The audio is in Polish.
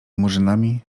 murzynami